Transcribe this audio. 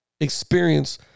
experience